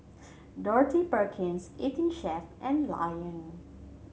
Dorothy Perkins Eighteen Chef and Lion